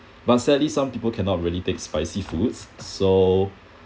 but sadly some people cannot really take spicy foods so